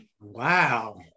Wow